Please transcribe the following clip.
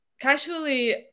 casually